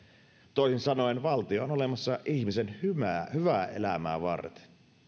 toisin sanoen valtio on olemassa ihmisen hyvää hyvää elämää varten